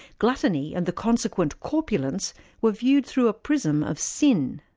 gluttony and the consequent corpulence were viewed through a prism of sin.